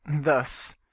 thus